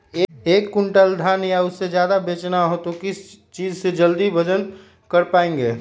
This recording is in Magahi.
एक क्विंटल धान या उससे ज्यादा बेचना हो तो किस चीज से जल्दी वजन कर पायेंगे?